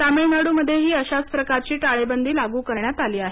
तमिळनाडूमध्येही अशाच प्रकारची टाळेबंदी लागू करण्यात आली आहे